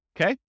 okay